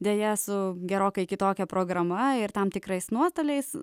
deja su gerokai kitokia programa ir tam tikrais nuostoliais